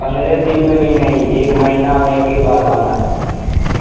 پندرہ دن میں بھی نہیں ایک مہینہ میں ایک ہی بار منگا سکتا ہوں